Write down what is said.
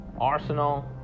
Arsenal